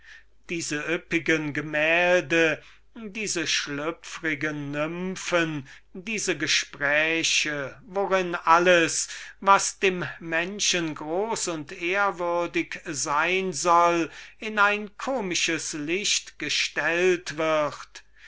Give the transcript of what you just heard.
diese üppigen gemälde diese schlüpfrigen nymphen diese gespräche worin alles was dem menschen groß und ehrwürdig sein soll in ein komisches licht gestellt wird diese